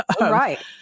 right